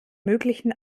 möglichen